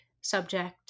subject